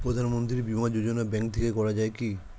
প্রধানমন্ত্রী বিমা যোজনা ব্যাংক থেকে করা যায় কি?